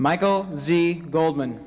michael z goldman